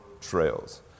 trails